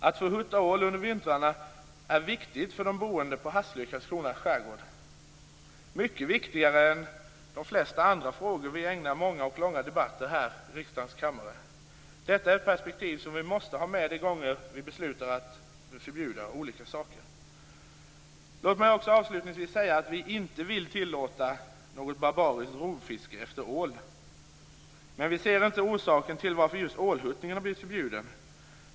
Att få hutta ål under vintrarna är viktigt för de boende på Hasslö i Karlskronas skärgård - mycket viktigare än de flesta andra frågor som vi ägnar många och långa debatter åt här i riksdagens kammare. Detta är ett perspektiv vi måste ha med de gånger vi beslutar förbjuda olika saker. Låt mig också avslutningsvis säga att vi inte vill tillåta något barbariskt rovfiske efter ål. Men vi ser inte orsaken till varför just ålhuttningen har blivit förbjuden.